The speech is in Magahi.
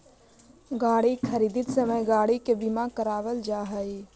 गाड़ी खरीदित समय गाड़ी के बीमा करावल जा हई